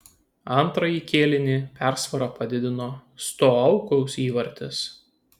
antrąjį kėlinį persvarą padidino stoukaus įvartis